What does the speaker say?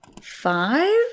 five